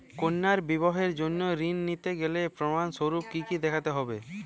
কন্যার বিবাহের জন্য ঋণ নিতে গেলে প্রমাণ স্বরূপ কী কী দেখাতে হবে?